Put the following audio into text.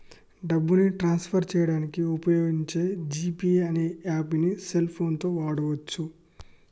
డబ్బుని transfer చేయడానికి వుపయోగించే జీ పే అనే యాప్పుని సెల్ ఫోన్ తో వాడచ్చు